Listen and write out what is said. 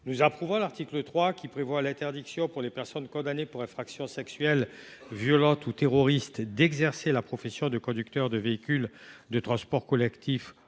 Nous approuvons l’article 3, qui prévoit l’interdiction pour les personnes condamnées pour des infractions sexuelles, violentes ou terroristes d’exercer la profession de conducteur de véhicule de transport collectif